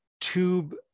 tube